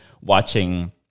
watching